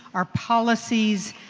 our policies,